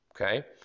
okay